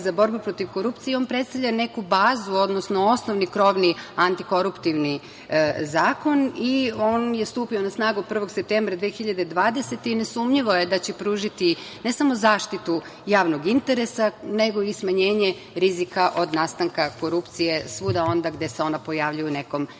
za borbu protiv korupcije i on predstavlja neku bazu, odnosno osnovni krovni antikoruptivni zakon i on je stupio na snagu 1. septembra 2020. godine i nesumnjivo je da će pružiti ne samo zaštitu javnog interesa, nego i smanjenje rizika od nastanka korupcije svuda gde se ona pojavljuje u nekom vidljivom